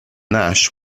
nash